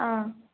ஆ